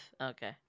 okay